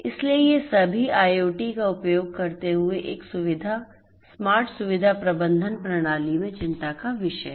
इसलिए ये सभी IoT का उपयोग करते हुए एक सुविधा स्मार्ट सुविधा प्रबंधन प्रणाली में चिंता का विषय हैं